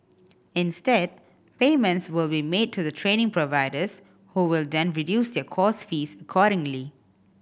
instead payments will be made to the training providers who will then reduce their course fees accordingly